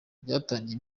ryatangiye